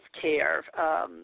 care